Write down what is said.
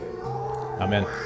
Amen